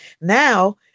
Now